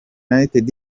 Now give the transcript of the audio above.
united